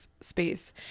space